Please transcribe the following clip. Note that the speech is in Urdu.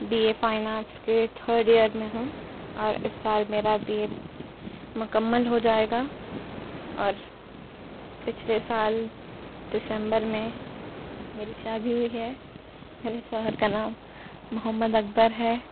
بی اے فائنانس کے تھرڈ ایر میں ہوں اور اس سال میرا بی اے مکمل ہو جائے گا اور پچھلے سال دسمبر میں میری شادی ہوئی ہے میرے شوہر کا نام محمد اکبر ہے